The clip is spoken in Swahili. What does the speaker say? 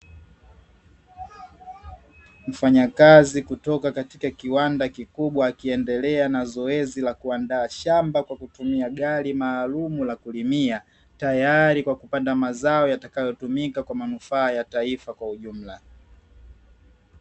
Mfanyakazi kutoka katika kiwanda kikubwa akiendelea na zoezi la kuandaa shamba kwa kutumia gari maalumu la kulimia, tayari kwa kupanda mazao yatakayotumika kwa manufaa ya taifa kwa ujumla.